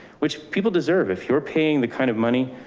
which people deserve, if you're paying the kind of money.